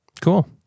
Cool